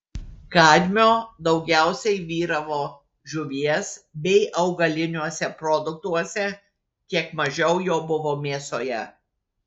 kadmio daugiausiai vyravo žuvies bei augaliniuose produktuose kiek mažiau jo buvo mėsoje